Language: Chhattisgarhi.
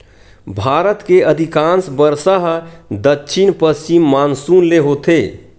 भारत के अधिकांस बरसा ह दक्छिन पस्चिम मानसून ले होथे